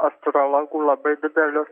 astrologų labai didelis